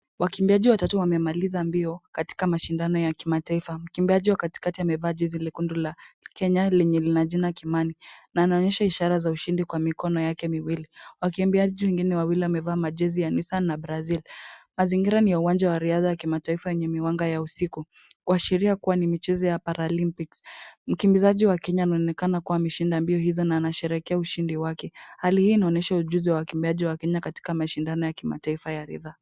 Wakimbiaji watatu wamemaliza mbio katika mashindano ya kimataifa. Mkimbiaji wa katikati amevaa jezi nyekundu ya Kenya lenye lina jina Kimani na anaonyesha ishara za ushindi kwa mikono yake miwili, Wakimbiaji wengine wawili wamevaa majazi ya Nissan na Brazil. Mazingira ni ya uwannjwa wa riadha wa kimataifa yenye mwanga wa usiku kuashiria kuwa ni michezo ra paralympics. Mkimbizaji wa Kenya anaonekana kuwa ameshinda mbio hizo na anasherehekea ushindi wake. Hali hii inaonyesha ujuzi wa ukimbiaaji wa wakenya katika mashindano ya kitaifa ya riadha.